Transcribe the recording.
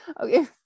okay